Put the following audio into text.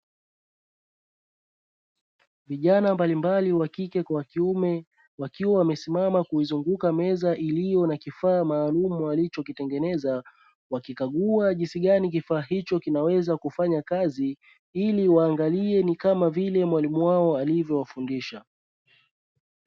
Vijana mbalimbali wa kike kwa wa kiume, wakiwa wamesimama kuizunguka meza, iliyo na kifaa maalumu walichokitengeneza, wakikagua jinsi gani kifaa hicho kinaweza kufanya kazi ili waangalie ni kama vile mwalimu wao alivyowafundisha.